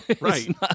Right